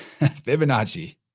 Fibonacci